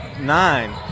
nine